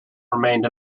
remained